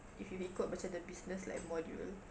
if you ikut macam the business like module